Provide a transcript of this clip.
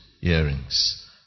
earrings